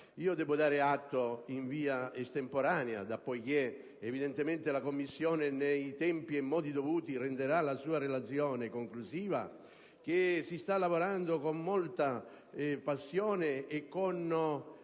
Devo dare atto in via estemporanea, dal momento che, evidentemente, la Commissione, nei tempi e nei modi dovuti, renderà la sua relazione conclusiva, che si sta lavorando con molta passione e con